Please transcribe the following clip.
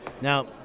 Now